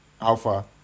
Alpha